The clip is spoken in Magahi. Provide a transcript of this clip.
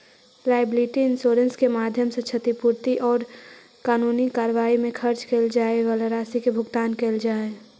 लायबिलिटी इंश्योरेंस के माध्यम से क्षतिपूर्ति औउर कानूनी कार्रवाई में खर्च कैइल जाए वाला राशि के भुगतान कैइल जा हई